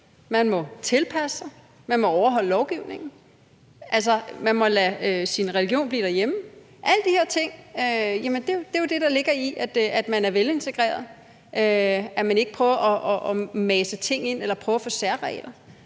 man må tilpasse sig, man må overholde lovgivningen, man må lade sin religion blive derhjemme. Alle de her ting er jo det, der ligger i, at man er velintegreret, at man ikke prøver at mase ting ind eller prøver at få særregler,